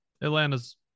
Atlanta's